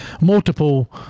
multiple